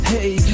Hey